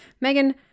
Megan